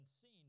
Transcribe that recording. seen